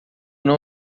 não